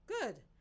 Good